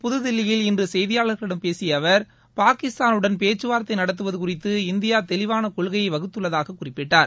புதுதில்லியில் இன்று செய்தியாளர்களிடம் பேசிய அவர் பாகிஸ்தானுடன் பேச்சுவார்த்தை நடத்துவது குறித்து இந்தியா தெளிவான கொள்கையை வகுத்துள்ளதாக குறிப்பிட்டார்